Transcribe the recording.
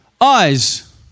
eyes